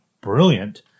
brilliant